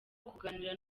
kuganira